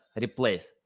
replace